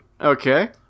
Okay